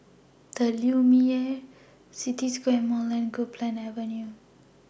The Lumiere City Square Mall and Copeland Avenue